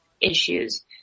issues